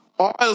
oil